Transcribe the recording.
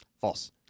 False